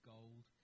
Gold